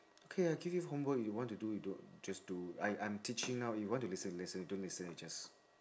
okay I give you homework you want to do you do just do I'm I'm teaching now you want to listen you listen you don't listen you just